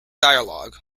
dialogue